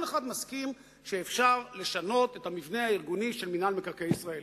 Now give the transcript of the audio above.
כל אחד מסכים שאפשר לשנות את המבנה הארגוני של מינהל מקרקעי ישראל,